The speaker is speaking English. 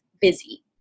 busy